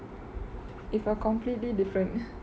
இப்ப:ippe completely different